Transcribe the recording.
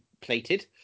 plated